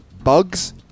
bugs